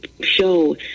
show